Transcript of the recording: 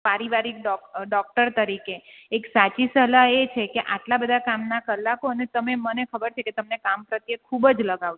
પારિવારિક ડોકટર તરીકે એક સાચી સલાહ એ છે કે આટલા બધા કામના કલાકો અને તમે મને ખબર છે કે તમને કામ પ્રત્યે ખૂબ જ લગાવ છે